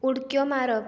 उडक्यो मारप